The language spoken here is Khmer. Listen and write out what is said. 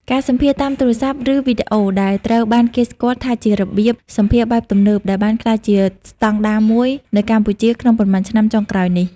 ការសម្ភាសន៍តាមទូរស័ព្ទ ឬវីដេអូ ដែលត្រូវបានគេស្គាល់ថាជារបៀបសម្ភាសន៍បែបទំនើបដែលបានក្លាយជាស្តង់ដារមួយនៅកម្ពុជាក្នុងប៉ុន្មានឆ្នាំចុងក្រោយនេះ។